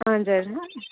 हजुर